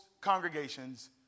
congregations